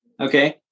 Okay